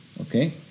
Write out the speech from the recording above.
Okay